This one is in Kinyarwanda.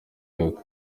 york